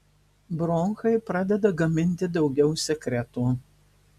bronchai pradeda gaminti daugiau sekreto